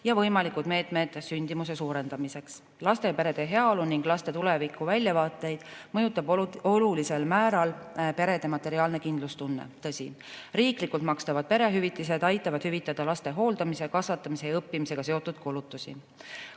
ja võimalikud meetmed sündimuse suurendamiseks?" Laste ja perede heaolu ning laste tulevikuväljavaateid mõjutab olulisel määral perede materiaalne kindlustunne. Tõsi, riiklikult makstavad perehüvitised aitavad hüvitada laste hooldamise, kasvatamise ja õppimisega seotud kulutusi.